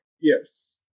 Yes